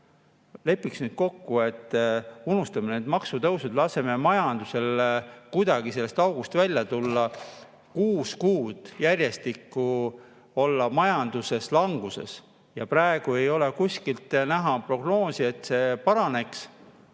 Lepiks nüüd kokku, et unustame need maksutõusud. Laseme majandusel kuidagi sellest august välja tulla. Kuus kuud järjest on majandus languses ja praegu ei ole näha prognoosi, et see paraneks.